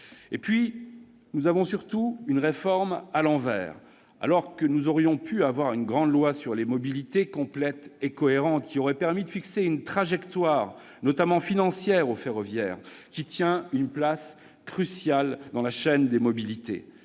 que l'usager ? Surtout, la réforme est menée à l'envers. Nous aurions pu avoir une grande loi sur les mobilités, complète et cohérente, qui aurait permis de fixer une trajectoire, notamment financière, au ferroviaire, lequel tient une place cruciale dans la chaîne des mobilités,